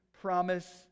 promise